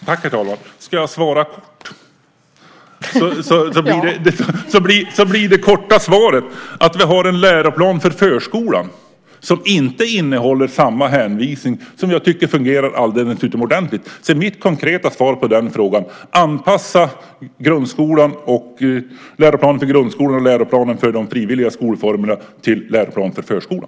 Herr talman! Då blir det korta svaret att vi har en läroplan för förskolan som inte innehåller samma hänvisning och som jag tycker fungerar alldeles utomordentligt. Så mitt konkreta svar på den frågan är: Anpassa läroplanen för grundskolan och läroplanen för de frivilliga skolformerna till läroplanen för förskolan.